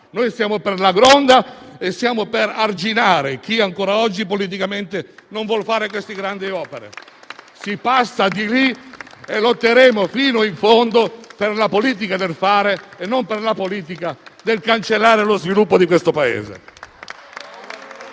e siamo per la Gronda e per arginare chi ancora oggi politicamente non vuol fare queste grandi opere. Si passa da lì e lotteremo fino in fondo per la politica del fare e non per una volta a cancellare lo sviluppo del Paese.